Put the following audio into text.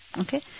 okay